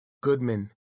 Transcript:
Goodman